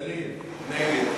גליל, נגב.